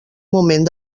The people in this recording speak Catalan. moment